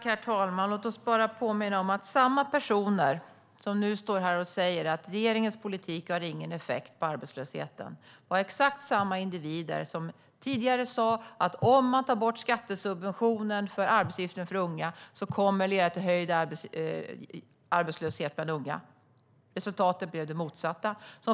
Herr talman! Låt oss påminna om att samma personer som nu står här och säger att regeringens politik inte har någon effekt på arbetslösheten var exakt samma individer som tidigare sa att en borttagning av skattesubventionen för arbetsgivaravgiften för unga kommer att leda till höjd arbetslöshet bland unga. Resultatet blev det motsatta.